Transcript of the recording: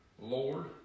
Lord